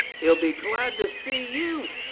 he'll be glad to see you.